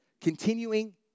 Continuing